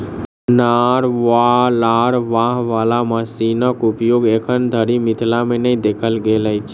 नार वा लार बान्हय बाला मशीनक उपयोग एखन धरि मिथिला मे नै देखल गेल अछि